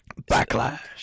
Backlash